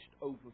over